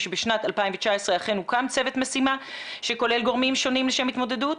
שבשנת 2019 אכן הוקם צוות משימה שכולל גורמים שונים לשם התמודדות,